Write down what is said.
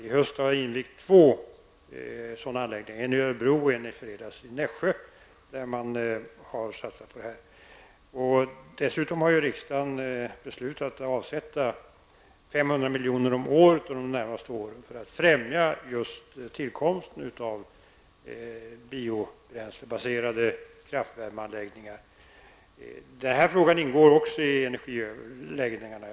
Jag har under hösten invigt två sådana, en i Örebro och i fredags en i Nässjö, där man satsar på detta. Dessutom har riksdagen beslutat att avsätta 500 miljoner om året under de närmaste åren för att främja tillkomsten av biobränslebaserade kraftvärmeanläggningar. Denna fråga ingår i energiöverläggningarna.